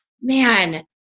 man